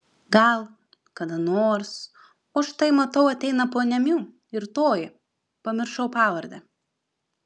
gal kada nors o štai matau ateina ponia miu ir toji pamiršau pavardę